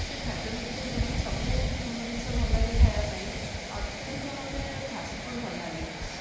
ସେ ଖାଦ୍ୟ ମଧ୍ୟରୁ ମୋତେ ସବୁ ଜିନିଷ ଭଲଲାଗେ ଖାଇବାକୁ ପାଇଁ ଅତ୍ୟଧିକ ମୋତେ ଫାଷ୍ଟ ଫୁଡ଼୍ ଭଲଲାଗେ